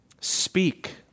Speak